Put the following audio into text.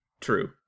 True